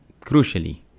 crucially